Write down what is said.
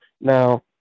Now